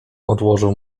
odłożył